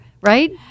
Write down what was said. right